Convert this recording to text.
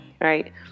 right